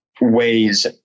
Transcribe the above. ways